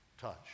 touch